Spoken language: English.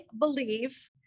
believe